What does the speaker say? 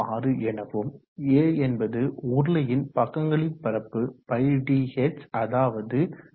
026 எனவும் A என்பது உருளையின் பக்கங்களின் பரப்பு πdh அதாவது π×0